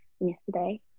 yesterday